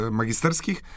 magisterskich